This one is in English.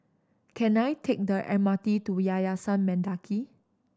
can I take the M R T to Yayasan Mendaki